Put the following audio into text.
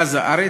ממרכז הארץ,